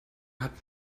hatten